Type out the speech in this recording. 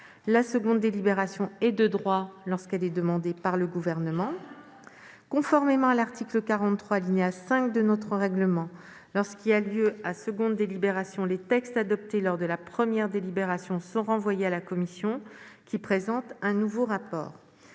la seconde délibération est de droit lorsqu'elle est demandée par le Gouvernement. Conformément à l'article 43, alinéa 5, du règlement du Sénat, lorsqu'il y a lieu à seconde délibération, les textes adoptés lors de la première délibération sont renvoyés à la commission, qui doit présenter un nouveau rapport.